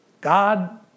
God